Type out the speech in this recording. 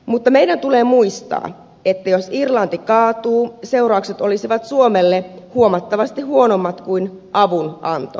mutta meidän tulee muistaa että jos irlanti kaatuu seuraukset olisivat suomelle huomattavasti huonommat kuin avunanto tässä tapauksessa